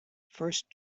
first